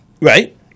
Right